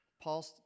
Paul